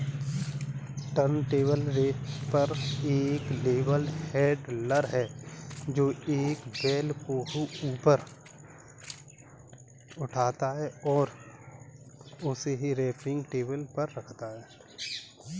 turntable wrapper एक bale handler है, जो एक बेल को ऊपर उठाता है और उसे रैपिंग टेबल पर रखता है